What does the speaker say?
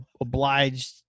obliged